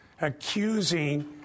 accusing